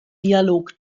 dialog